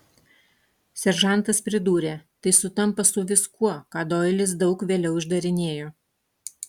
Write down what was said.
seržantas pridūrė tai sutampa su viskuo ką doilis daug vėliau išdarinėjo